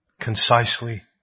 concisely